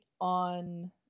on